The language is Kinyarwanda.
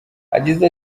yagize